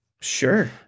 sure